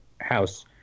house